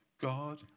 God